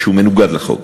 שהוא מנוגד לחוק.